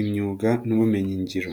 imyuga n'ubumenyi ngiro.